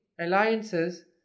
alliances